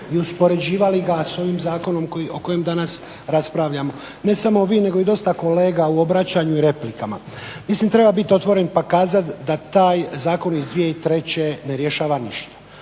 i uspoređivali ga sa ovim zakonom o kojem danas raspravljamo, ne samo vi nego i dosta kolega u obraćanju i replika. Mislim treba biti otvoren pa kazati da taj zakon iz 2003.ne rješava ništa.